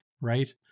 right